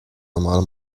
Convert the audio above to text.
normale